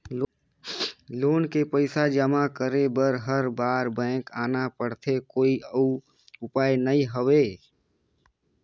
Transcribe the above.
Loan के पईसा जमा करे बर हर बार बैंक आना पड़थे कोई अउ उपाय नइ हवय?